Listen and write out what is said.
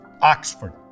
Oxford